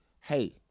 hey